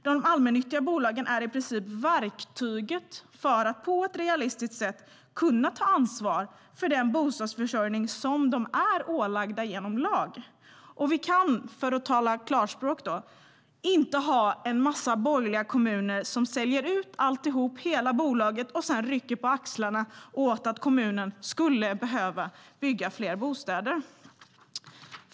De allmännyttiga bolagen är i princip verktyget för att på ett realistiskt sätt kunna ta ansvar för den bostadsförsörjning som de är ålagda genom lag. Vi kan - för att tala klarspråk - inte ha en massa borgerliga kommuner som säljer ut alltihop, hela bolaget, och sedan rycker på axlarna åt att kommunen skulle behöva bygga fler bostäder.